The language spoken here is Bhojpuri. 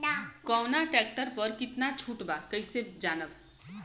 कवना ट्रेक्टर पर कितना छूट बा कैसे जानब?